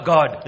God